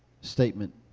statement